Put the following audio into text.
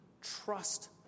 trust